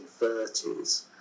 1930s